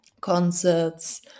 concerts